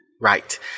Right